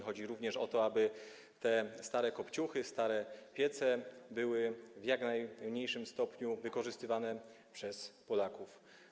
Chodzi również o to, aby te stare kopciuchy, stare piece były w jak najmniejszym stopniu wykorzystywane przez Polaków.